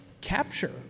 capture